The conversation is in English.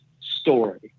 story